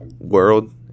world